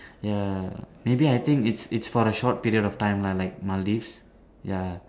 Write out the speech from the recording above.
ya maybe I think it's it's for a short period of time lah like Maldives ya